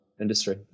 industry